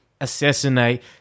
assassinate